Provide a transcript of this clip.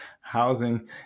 housing